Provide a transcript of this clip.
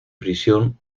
prisión